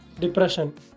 Depression